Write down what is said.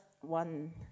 one